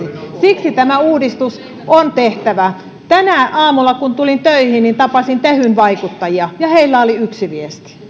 siksi tämä uudistus on tehtävä tänä aamuna kun tulin töihin tapasin tehyn vaikuttajia ja heillä oli yksi viesti